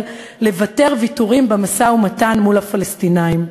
לוותר ויתורים במשא-ומתן מול הפלסטינים.